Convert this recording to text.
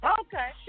Okay